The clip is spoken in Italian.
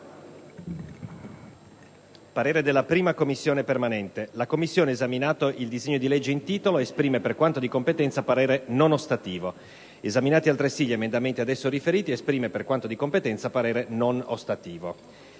«La 1a Commissione permanente, esaminato il disegno di legge in titolo, esprime, per quanto di competenza, parere non ostativo. Esaminati altresì gli emendamenti ad esso riferiti, esprime, per quanto di competenza, parere non ostativo».